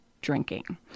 drinking